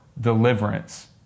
deliverance